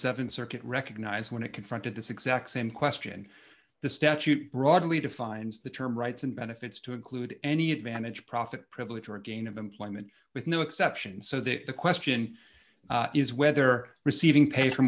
th circuit recognized when it confronted this exact same question the statute broadly defines the term rights and benefits to include any advantage of profit privilege or gain of employment with no exceptions so that the question is whether receiving pay f